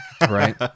Right